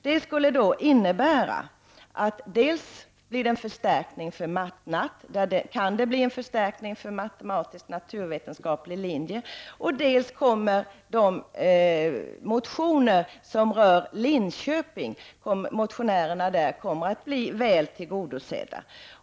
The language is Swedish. Det skulle innebära dels att det kan bli en förstärkning för matematisk-naturvetenskapliga linjen, dels att de motioner som rör Linköping kommer att bli väl tillgodosedda.